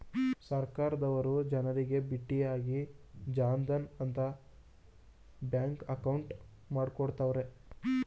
ಸರ್ಕಾರದವರು ಜನರಿಗೆ ಬಿಟ್ಟಿಯಾಗಿ ಜನ್ ಧನ್ ಅಂತ ಬ್ಯಾಂಕ್ ಅಕೌಂಟ್ ಮಾಡ್ಕೊಡ್ತ್ತವ್ರೆ